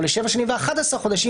או ל-7 שנים ו-11 חודשים,